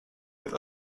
with